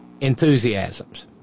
enthusiasms